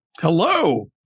Hello